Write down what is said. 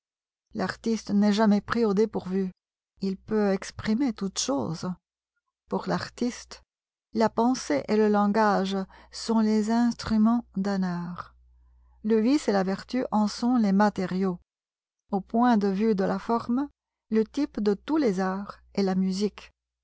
l'artiste n'est jamais pris au dépourvu il peut exprimer toute chose pour l'artiste la pensée et le langage sont les instruments d'un art le vice et la vertu en sont les matériaux au point de vue de la forme le type de tous les arts est la musique